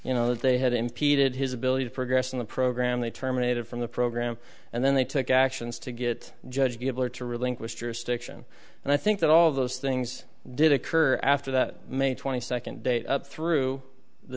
you know they had impeded his ability to progress in the program they terminated from the program and then they took actions to get judge give over to relinquish jurisdiction and i think that all of those things did occur after that may twenty second date up through the